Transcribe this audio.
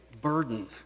burden